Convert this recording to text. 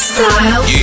Style